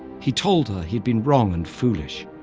he told her he'd been wrong and foolish.